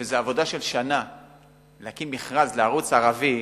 זאת עבודה של שנה להקים מכרז לערוץ ערבי.